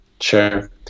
Sure